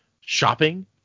Shopping